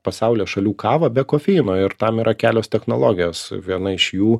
pasaulio šalių kavą be kofeino ir tam yra kelios technologijos viena iš jų